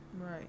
Right